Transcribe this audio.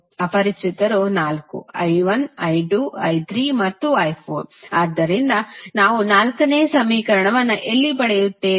ಅಪರಿಚಿತರು ನಾಲ್ಕು i1 i2 i3 ಮತ್ತು i4 ಆದ್ದರಿಂದ ನಾವು ನಾಲ್ಕನೇ ಸಮೀಕರಣವನ್ನು ಎಲ್ಲಿ ಪಡೆಯುತ್ತೇವೆ